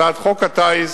הצעת חוק הטיס,